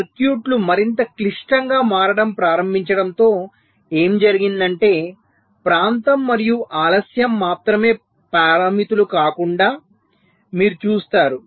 సర్క్యూట్లు మరింత క్లిష్టంగా మారడం ప్రారంభించడంతో ఏమి జరిగిందంటే ప్రాంతం మరియు ఆలస్యం మాత్రమే పారామితులు కాదని మీరు చూస్తారు